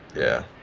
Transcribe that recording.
yeah.